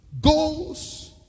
goals